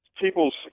people's